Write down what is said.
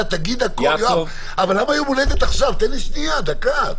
אתה תגיד הכול, יואב, תן לי שנייה, דקה.